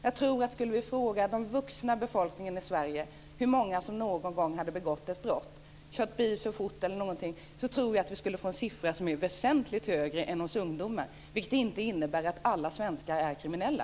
Jag tror att om vi skulle fråga den vuxna befolkningen i Sverige hur många som någon gång hade begått ett brott - t.ex. kört bil för fort - tror jag att vi skulle få en siffra som är betydligt högre än hos ungdomen. Det innebär ju inte att alla svenskar är kriminella.